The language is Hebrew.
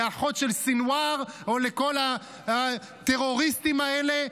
לאחות של סנוואר או לכל הטרוריסטים האלה,